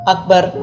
Akbar